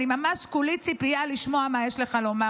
אני ממש כולי ציפייה לשמוע מה יש לך לומר,